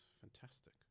fantastic